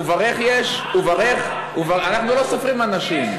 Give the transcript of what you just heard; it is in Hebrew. וברך יש, וברך, אנחנו לא סופרים אנשים.